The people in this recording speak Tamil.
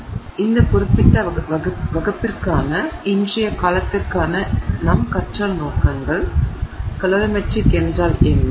எனவே இந்த குறிப்பிட்ட வகுப்பிற்கான இன்றைய காலத்திற்கான எங்கள் கற்றல் நோக்கங்கள் கலோரிமெட்ரிக் என்றால் என்ன